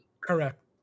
Correct